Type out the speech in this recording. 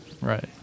right